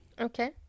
Okay